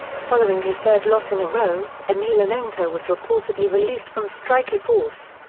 following his third loss in a row, emelianenko was reportedly released from strikeforce.